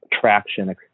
traction